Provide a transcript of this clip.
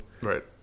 Right